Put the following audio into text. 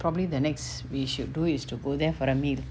probably the next we should do is to go there for the meal